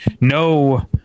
no